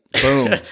boom